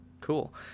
cool